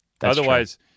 Otherwise